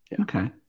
Okay